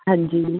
ਹਾਂਜੀ